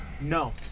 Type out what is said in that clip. No